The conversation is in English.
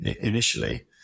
initially